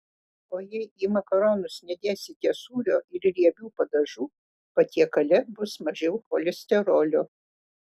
o jei į makaronus nedėsite sūrio ir riebių padažų patiekale bus mažiau cholesterolio